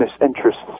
interests